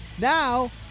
now